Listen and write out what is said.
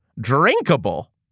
drinkable